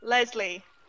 Leslie